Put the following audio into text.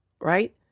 right